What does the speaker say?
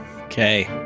Okay